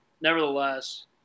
nevertheless